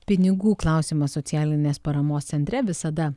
pinigų klausimas socialinės paramos centre visada